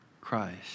Christ